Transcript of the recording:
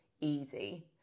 easy